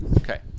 Okay